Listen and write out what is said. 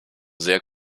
sehr